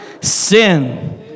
Sin